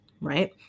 right